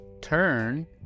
Turn